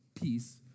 peace